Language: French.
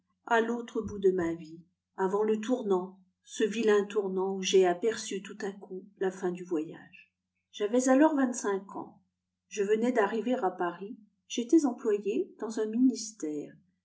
à l'autre bout de ma vie avant le tournant ce vilain tournant d'où j'ai aperçu tout à coup la fin du voyage j'avais alors vingt-cinq ans je venais d'arriver à paris j'étais employé dans un ministère